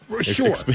Sure